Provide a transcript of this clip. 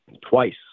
Twice